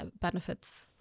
benefits